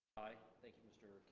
thank you mr.